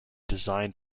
designed